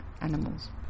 animals